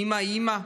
אימא היא אימא,